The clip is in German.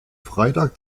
freitag